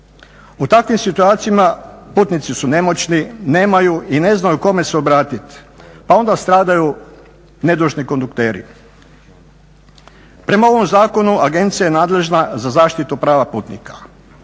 U takvim situacijama putnici su nemoćni, nemaju i ne znaju kome se obratiti pa onda stradaju nedužni kondukteri. Prema ovom zakonu agencija je nadležna za zaštitu prava putnika.